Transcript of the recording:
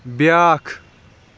بیٛاکھ